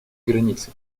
границы